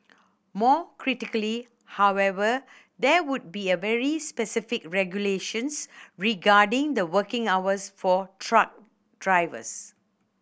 more critically however there would be very specific regulations regarding the working hours for truck drivers